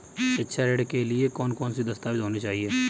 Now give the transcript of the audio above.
शिक्षा ऋण के लिए कौन कौन से दस्तावेज होने चाहिए?